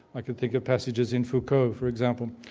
i could think of passages in foucault, for example.